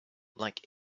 like